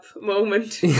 moment